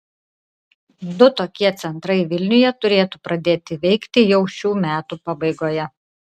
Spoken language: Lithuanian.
du tokie centrai vilniuje turėtų pradėti veikti jau šių metų pabaigoje